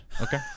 Okay